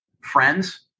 friends